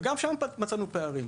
וגם שם מצאנו פערים.